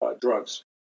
drugs